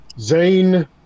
Zane